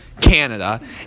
Canada